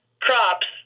crops